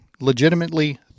legitimately